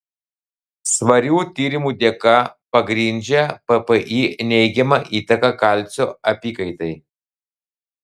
svarių tyrimų dėka pagrindžia ppi neigiamą įtaką kalcio apykaitai